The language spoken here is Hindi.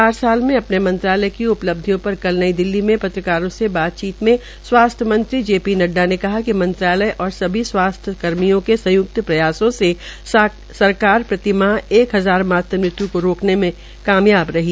चार साल मे अपने मंत्रालय की उपलब्धियों पर कल नई दिल्ली में पत्रकारों से बातचीत में स्वास्थ्य मंत्री जे पी नड़डा ने कहा कि मंत्रालय ओर सभी स्वास्थ्य कर्मियों के संयुक्त प्रयासो से सरकार प्रतिमाह एक हजार मात् मृत्य् को रोकने में कामायब रही